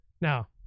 Now